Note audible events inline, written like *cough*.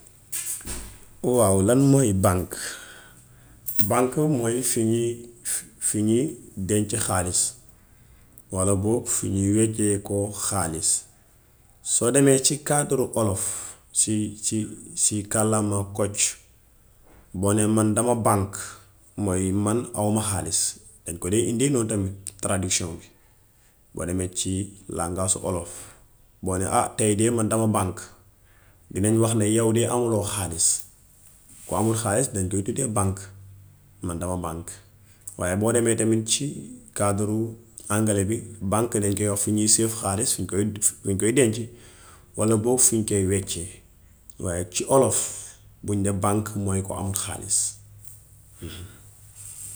Waaw lan mooy bànk. Bànk mooy fi ñiy fi ñiy denc xaalis walla boog fi ñiy weccee koo xaalis. Soo demee ci cadre u olof si ci si kàllaama kocc boo nee man dama bànk mooy man awma xaalis. Dañ ko dee indee noonu tradition bi. Boo demee ci làngaas olof, boo nee *unintelligible* tay de dama bànk. Dinañ wax ne, yaw de amuloo xaalis. Ku amul xaalis dañ koy tudde bànk. Man dama bànk. Waaye tam boo demee ci cadre u anglais bi, bànk dañ koy wax fi ñuy safe xaalis fiñ koy *hesitation* fiñ koy denc walla boog fiñ koy weccee waaye ci olof buñ nee bànk mooy ku amul xaalis. *unintelligible*